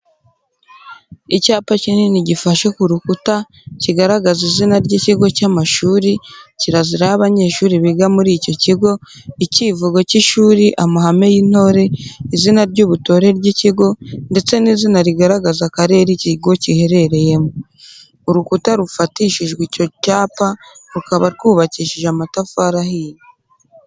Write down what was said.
Icyapa kinini gifashe ku rukuta, kigaragaza izina ry'ikigo cy'amashuri, kirazira y'abanyeshuri biga muri icyo kigo, ikivugo cy'ishuri, amahane y'intore, izina ry'ubutore ry'ikigo, ndetse n'izina rigaragaza akarere ikigo giherereyemo. Urukuta rufatishijweho icyo cyapa, rukaba rwubakishijwe amatafari ahiye.